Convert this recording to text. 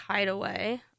hideaway